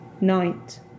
night